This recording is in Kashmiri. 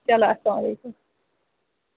چلو اَسلامُ علیکُم